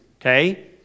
okay